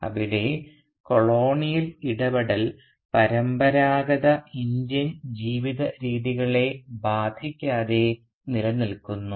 അവിടെ കൊളോണിയൽ ഇടപെടൽ പരമ്പരാഗത ഇന്ത്യൻ ജീവിതരീതികളെ ബാധിക്കാതെ നിലനിൽക്കുന്നു